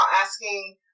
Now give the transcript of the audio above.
asking